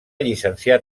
llicenciar